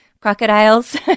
crocodiles